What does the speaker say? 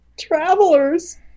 travelers